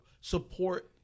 support